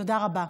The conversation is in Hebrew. תודה רבה.